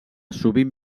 sovint